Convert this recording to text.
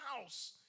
house